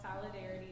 solidarity